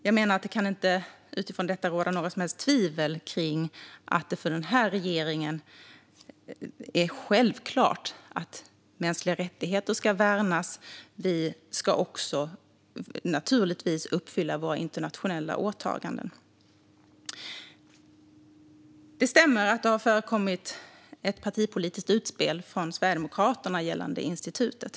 Jag menar att det utifrån detta inte kan råda något som helst tvivel om att det för den här regeringen är självklart att mänskliga rättigheter ska värnas. Vi ska naturligtvis också uppfylla våra internationella åtaganden. Det stämmer att det har förekommit ett partipolitiskt utspel från Sverigedemokraterna gällande institutet.